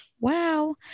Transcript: Wow